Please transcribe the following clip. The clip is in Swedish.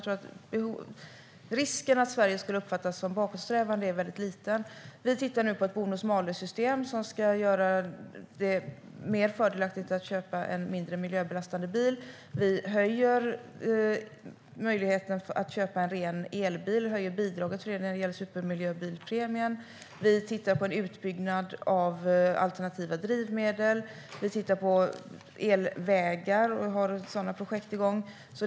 Risken att Sverige skulle uppfattas som bakåtsträvande är väldigt liten. Vi tittar nu på ett bonus-malus-system som ska göra det mer fördelaktigt att köpa en mindre miljöbelastande bil. Vi höjer bidraget för att köpa en ren elbil när det gäller supermiljöbilpremien. Vi tittar på en utbyggnad av alternativa drivmedel. Vi tittar på elvägar. Vi har sådana projekt igång.